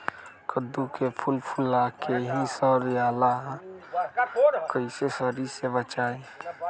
कददु के फूल फुला के ही सर जाला कइसे सरी से बचाई?